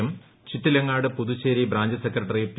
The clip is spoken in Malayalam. M Chittilangad Puthussery branch secretary P